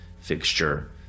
fixture